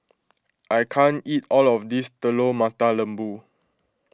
I can't eat all of this Telur Mata Lembu